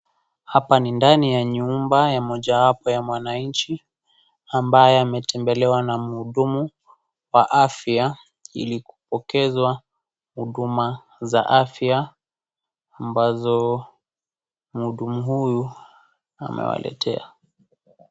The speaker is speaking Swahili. Hapa ni ndani ya nyumba ya mojawapo ya wananchi, ambaye ametembelewa na mhudumu wa afya, ili kupokezwa huduma za afya ambazo mhudumu huyu amewaletea.